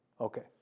Okay